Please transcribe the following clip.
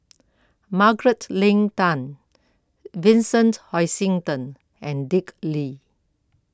Margaret Leng Tan Vincent Hoisington and Dick Lee